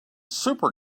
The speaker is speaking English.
super